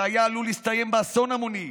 זה היה עלול להסתיים באסון המוני.